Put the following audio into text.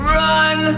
run